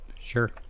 Sure